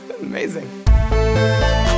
amazing